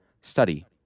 study